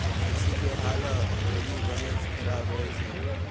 कृषि के हाल ह पहिली बनेच खराब रहिस हे